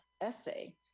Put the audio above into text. essay